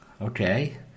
Okay